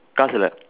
காசு இல்ல:kaasu illa